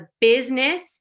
business